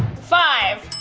five.